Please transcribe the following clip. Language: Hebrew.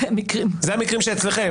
אלה המקרים שאצלכם.